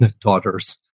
Daughters